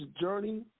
journey